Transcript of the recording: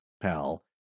pal